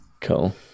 Cool